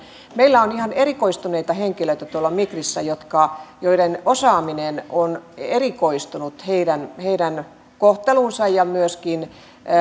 meillä on erikoistuneita henkilöitä migrissä joiden osaaminen on erikoistunut heidän heidän kohteluunsa ja myöskin sen